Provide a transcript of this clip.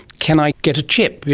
can i get a chip, yeah